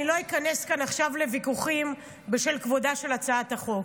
אני קובע כי הצעת חוק